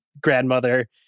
grandmother